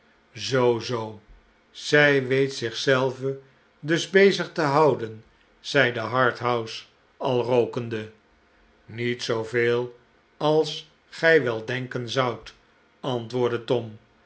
zoo zoo zij weet zich zelve dus bezig te houden zeide harthouse al rookende niet zooveel als gij wel denken zoudt antwoordde tom